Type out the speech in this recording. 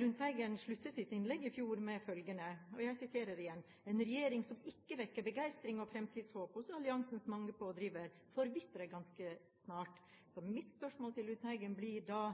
Lundteigen sluttet sitt innlegg i fjor med følgende: «Imidlertid vil en regjering som ikke vekker begeistring og framtidshåp hos alliansens mange pådrivere, forvitre ganske snart.» Så mitt spørsmål til Lundteigen blir da: